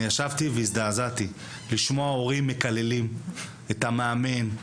ישבתי והזדעזעתי לשמוע הורים מקללים את המאמן,